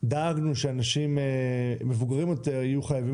דאגנו שאנשים מבוגרים יותר יהיו חייבים